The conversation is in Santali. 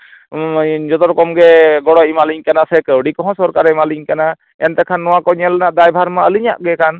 ᱡᱚᱛᱚ ᱨᱚᱠᱚᱢ ᱜᱮ ᱜᱚᱲᱚᱭ ᱮᱢᱟᱞᱤᱧ ᱠᱟᱱᱟ ᱥᱮ ᱠᱟᱹᱣᱰᱤ ᱠᱚᱦᱚᱸ ᱥᱚᱨᱠᱟᱨᱮᱭ ᱮᱢᱟᱞᱤᱧ ᱠᱟᱱᱟ ᱮᱱᱛᱮ ᱠᱷᱟᱱ ᱱᱚᱣᱟ ᱠᱚ ᱧᱮᱞ ᱨᱮᱱᱟᱜ ᱫᱟᱭᱵᱷᱟᱨ ᱢᱟ ᱟᱞᱤᱧᱟᱜ ᱜᱮ ᱠᱟᱱ